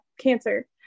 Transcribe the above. cancer